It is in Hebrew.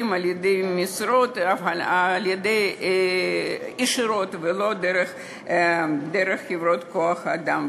במשרות ישירות ולא דרך חברות כוח-אדם.